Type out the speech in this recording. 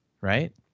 right